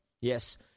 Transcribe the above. Yes